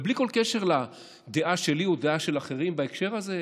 ובלי כל קשר לדעה שלי או לדעה של אחרים בהקשר הזה,